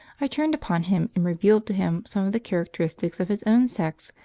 i turned upon him and revealed to him some of the characteristics of his own sex,